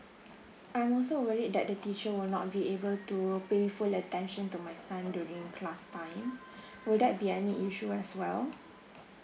I'm also worried that the teacher will not be able to pay full attention to my son during class time will that be any issue as well